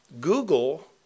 Google